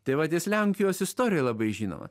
tai vat jis lenkijos istorijoj labai žinoma